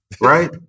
Right